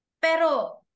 Pero